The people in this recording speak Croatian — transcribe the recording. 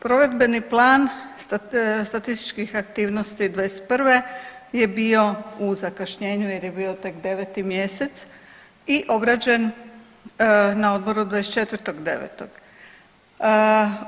Provedbeni plan statističkih aktivnosti 2021. je bio u zakašnjenju jer je bio tek deveti mjesec i obrađen na odboru 24.9.